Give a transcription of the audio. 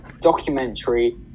documentary